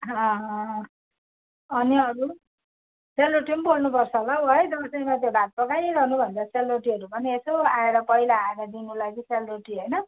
अँ अनि अरू सेलरोटी पनि पोल्नुपर्छ होला हौ है दसैँमा भात पकाइरहनु भन्दा सेलरोटीहरू पनि यसो आएर पहिला आएर दिनुलाई चाहिँ सेलरोटी होइन